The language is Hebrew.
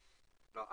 לא,